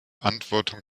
beantwortung